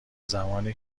زمانی